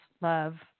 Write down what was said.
love